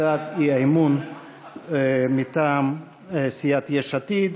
הצעת האי-אמון מטעם סיעת יש עתיד,